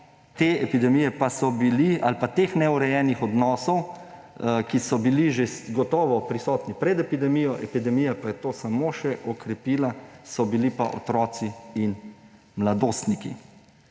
te epidemije ali pa teh neurejenih odnosov, ki so bili gotovo že prisotni pred epidemijo, epidemija pa je to samo še okrepila, so bili pa otroci in mladostniki.